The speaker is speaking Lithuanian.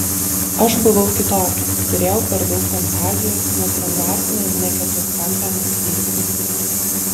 aš buvau kitokia turėjau per daug fantazijos nestandartinę ne keturkampę mąstyseną